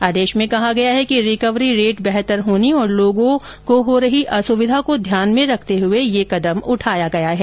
आदेश में कहा गया है कि रिकवरी रेट बेहतर होने और लोगों को हो रही असुविधा को ध्यान में रखते हुए यह कदम उठाया गया है